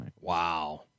wow